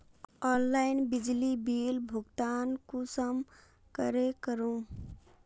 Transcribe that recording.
Online बिजली bill भुगतान कुंसम करे करूम?